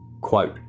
Quote